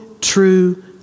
true